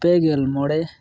ᱯᱮᱜᱮᱞ ᱢᱚᱬᱮ